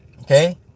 okay